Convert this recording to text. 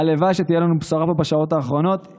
הלוואי שתהיה לנו בשורה פה בשעות הקרובות.